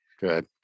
Good